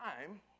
time